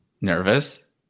nervous